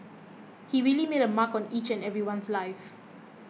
he really made a mark on each and everyone's life